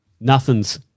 Nothing's